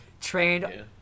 trained